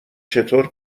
چطور